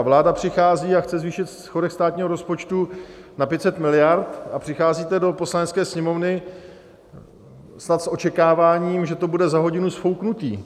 Vláda přichází a chce zvýšit schodek státního rozpočtu na 500 mld. a přicházíte do Poslanecké sněmovny snad s očekáváním, že to bude za hodinu sfouknuté.